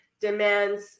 demands